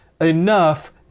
enough